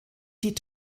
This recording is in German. die